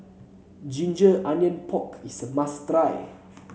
Ginger Onions Pork is a must try